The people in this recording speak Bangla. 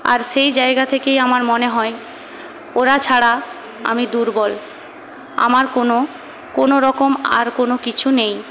আর সেই জায়গা থেকেই আমার মনে হয় ওরা ছাড়া আমি দুর্বল আমার কোনো কোনোরকম আর কোনো কিছু নেই